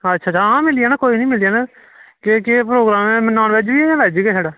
अच्छा आं मिली जाना कोई निं मिली जाना केह् केह् प्रोग्राम ऐ नॉन वेज़ बी ऐ जां वेज़ गै छड़ा